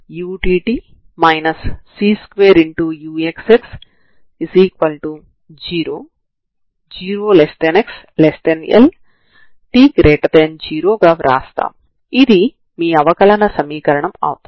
మీరు ఈ తరంగ సమీకరణానికి సాధారణ రూపాన్ని కనుగొన్న తర్వాత మీరు రెండు కొత్త చరరాశులు ξx ct మరియు xct లను పరిగణలోకి తీసుకుంటే తరంగ సమీకరణం 4c2uhξη అవుతుంది